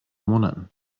monaten